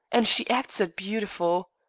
and she acts it beautiful.